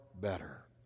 better